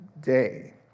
day